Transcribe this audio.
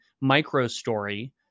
micro-story